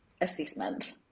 assessment